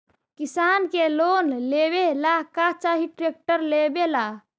किसान के लोन लेबे ला का चाही ट्रैक्टर लेबे ला?